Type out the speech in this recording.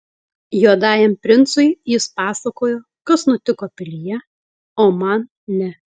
juodajam princui jis pasakojo kas nutiko pilyje o man ne